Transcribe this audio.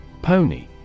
Pony